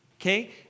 Okay